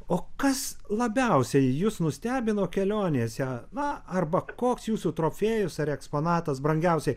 o kas labiausiai jus nustebino kelionėse na arba koks jūsų trofėjus ar eksponatas brangiausiai